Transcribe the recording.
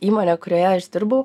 įmonę kurioje aš dirbau